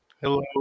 Hello